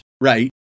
right